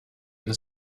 been